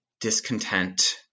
discontent